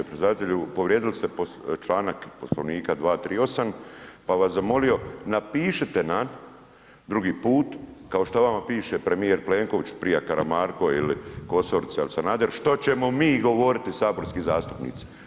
Predsjedavatelju, povrijedili ste članak Poslovnika 238. pa bi vas zamolio, napišite nam drugi put kao što vama piše premijer Plenković, prije Karamarko ili Kosorica ili Sanader što ćemo mi govoriti saborski zastupnici.